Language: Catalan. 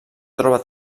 troba